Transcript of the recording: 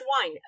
wine